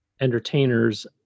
entertainers